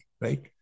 right